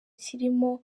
kirimo